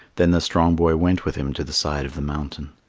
then the strong boy went with him to the side of the mountain.